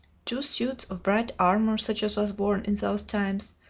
two suits of bright armor such as was worn in those times,